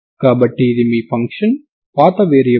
కాబట్టి ఇది దీనికి సమానం అవుతుంది